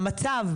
והמצב,